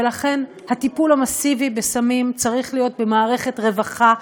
ולכן הטיפול המסיבי בסמים צריך להיות במערכת רווחה,